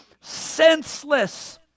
senseless